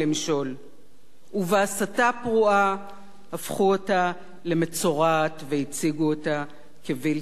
ובהסתה פרועה הפכו אותה למצורעת והציגו אותה כבלתי לגיטימית.